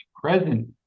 present